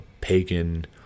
pagan